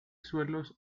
suelos